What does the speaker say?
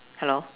hello